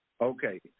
Okay